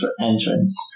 entrance